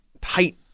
tight